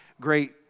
Great